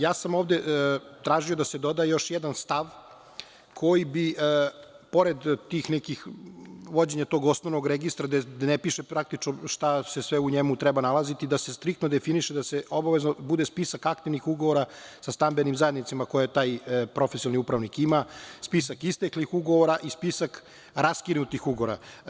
Ja sam tražio da se doda još jedan stav koji bi, pored vođenja tog osnovnog registra, gde ne piše praktično šta se sve u njemu treba nalaziti, da se striktno definiše da obavezno bude spisak aktivnih ugovora sa stambenim zajednicama koje taj profesionalni upravnik ima, spisak isteklih ugovora i spisak raskinutih ugovora.